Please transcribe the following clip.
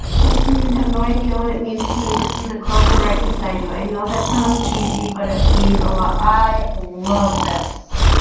doesn't you have no idea what it means to me to see the clover right beside you i know that sounds cheesy but it means a lot. i love this.